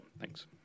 thanks